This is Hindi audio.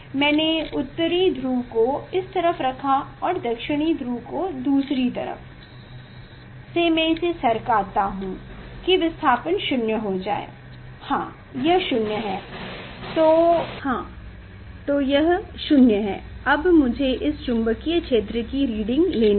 मैंने उत्तरी ध्रुव को इस तरफ रखा और दक्षिण ध्रुव को दूसरी तरफ से मैं इसे सरकाता हूँ की विस्थापन 0 हो जाए हाँ यह 0 है तो यह 0 है अब मुझे इस चुंबकीय क्षेत्र की रीडिंग लेनी है